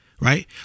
Right